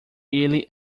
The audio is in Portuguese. ele